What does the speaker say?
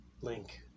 link